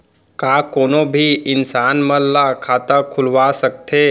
का कोनो भी इंसान मन ला खाता खुलवा सकथे?